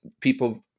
people